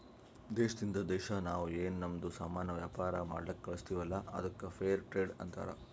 ದೇಶದಿಂದ್ ದೇಶಾ ನಾವ್ ಏನ್ ನಮ್ದು ಸಾಮಾನ್ ವ್ಯಾಪಾರ ಮಾಡ್ಲಕ್ ಕಳುಸ್ತಿವಲ್ಲ ಅದ್ದುಕ್ ಫೇರ್ ಟ್ರೇಡ್ ಅಂತಾರ